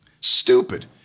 Stupid